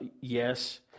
Yes